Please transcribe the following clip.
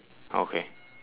okay